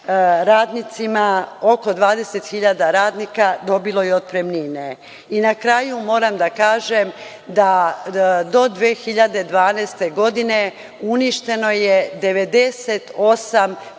Oko 20 hiljade radnika dobilo je otpremnine. Na kraju, moram da kažem da je do 2012. godine uništeno 98%